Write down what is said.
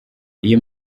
iyo